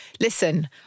Listen